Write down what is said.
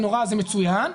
זה מצוין,